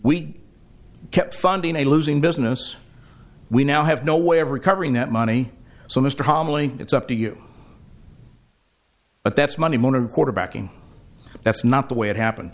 we kept funding a losing business we now have no way of recovering that money so mr homily it's up to you but that's monday morning quarterbacking that's not the way it happened